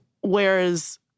whereas